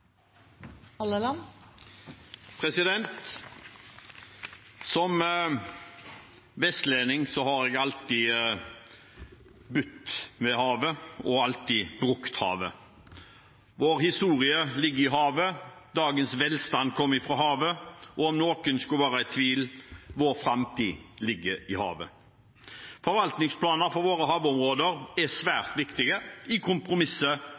alltid brukt havet. Vår historie ligger i havet, dagens velstand kom fra havet, og om noen skulle være i tvil: Vår framtid ligger i havet. Forvaltningsplaner for våre havområder er svært viktige i kompromisset